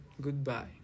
goodbye